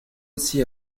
aussi